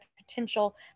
potential